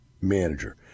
manager